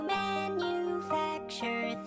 manufacture